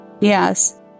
Yes